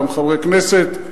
גם חברי כנסת,